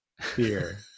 fear